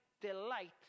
delight